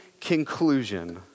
conclusion